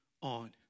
on